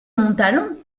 montalon